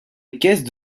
équestre